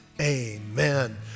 amen